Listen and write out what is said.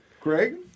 Greg